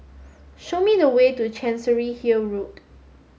show me the way to Chancery Hill Road